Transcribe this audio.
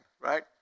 right